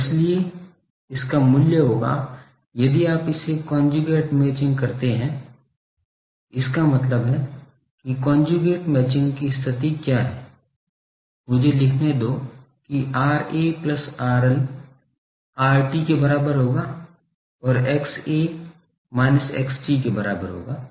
और इसलिए इसका मूल्य होगा यदि आप इसे कोंजूगेट मैचिंग करते हैं इसका मतलब है कि कोंजूगेट मैचिंग की स्थिति क्या है मुझे लिखने दो कि RA plus RL RT के बराबर होगा और XA minus XT के बराबर होगा